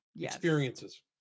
experiences